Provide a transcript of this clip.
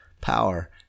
power